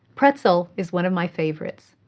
pretzel is one of my favorites.